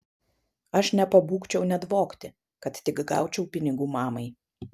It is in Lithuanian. aš nepabūgčiau net vogti kad tik gaučiau pinigų mamai